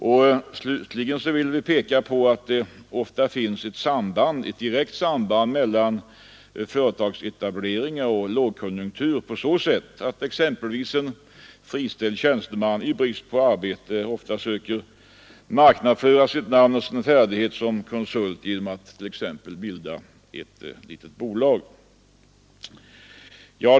Slutligen bör påpekas att det ofta finns ett samband mellan företagsetablering och lågkonjunktur på så sätt att den friställde tjänstemannen i brist på arbete ofta söker marknadsföra sitt namn och sin färdighet som konsult genom att bilda bolag.